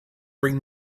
bring